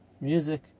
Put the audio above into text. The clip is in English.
music